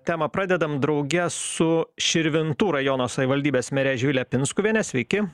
temą pradedame drauge su širvintų rajono savivaldybės mere živile pinskuviene sveiki